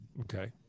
Okay